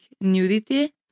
nudity